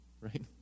right